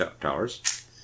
towers